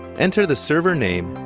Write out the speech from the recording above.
enter the server name,